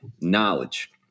knowledge